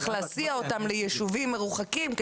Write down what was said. צריך להסיע אותם ליישובים מרוחקים,